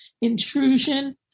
intrusion